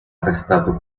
arrestato